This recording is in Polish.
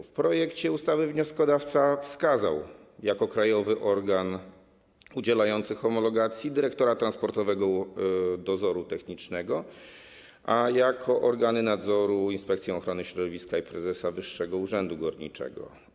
W projekcie ustawy wnioskodawca wskazał jako krajowy organ udzielający homologacji dyrektora Urzędu Dozoru Technicznego, a jako organy nadzoru Inspekcję Ochrony Środowiska i prezesa Wyższego Urzędu Górniczego.